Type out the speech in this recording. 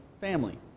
family